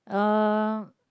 um